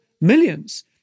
millions